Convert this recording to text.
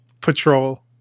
patrol